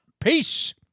Peace